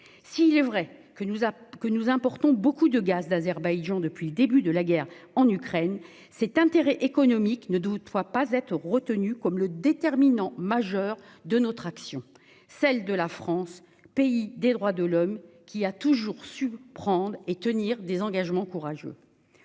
S'il est vrai que nous importons beaucoup de gaz d'Azerbaïdjan depuis le début de la guerre en Ukraine, cet intérêt économique ne doit pas être retenu comme le déterminant majeur de l'action de la France, pays des droits de l'homme, qui a toujours su prendre et tenir des engagements courageux.